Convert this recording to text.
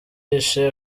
yiyishe